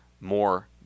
more